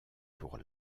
pour